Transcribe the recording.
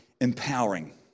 empowering